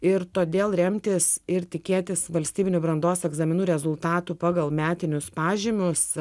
ir todėl remtis ir tikėtis valstybinių brandos egzaminų rezultatų pagal metinius pažymius